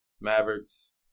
Mavericks